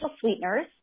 sweeteners